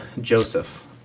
Joseph